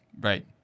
Right